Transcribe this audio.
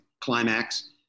climax